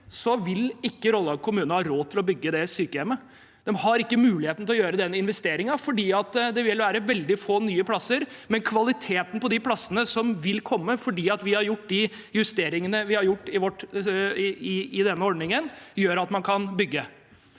vil ikke Rollag kommune ha råd til å bygge det sykehjemmet. De har ikke mulighet til å gjøre den investeringen, for det vil være veldig få nye plasser, men kvaliteten på de plassene som vil komme fordi vi har gjort de justeringene vi har gjort i denne ordningen, gjør at man kan bygge.